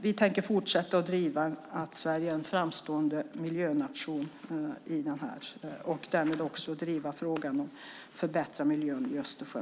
Vi tänker fortsätta att driva att Sverige är en framstående miljönation och därmed också driva frågan om att förbättra miljön i Östersjön.